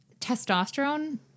testosterone